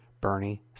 Bernie